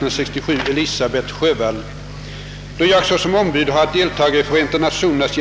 Det är här fråga om ett långvarigt och svårartat missförhållande vars avhjälpande framstår som ett oavvisligt krav.